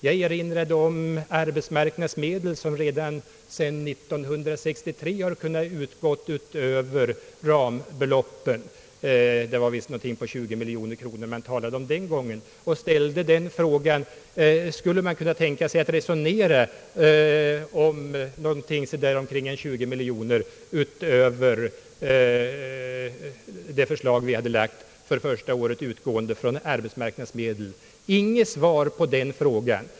Jag erinrade om att arbetsmarknadsmedel sedan 1963 kunnat utgå utöver rambeloppen — det var någonting på 20 miljoner kronor man talade om den gången. Jag ställde frågan, om man skulle kunna tänka sig att resonera om någonting kring 20 miljoner utöver det förslag vi hade lagt för första året, utgående från arbetsmarknadsmedel. På den frågan fick jag inget svar.